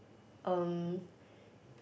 um